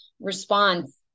response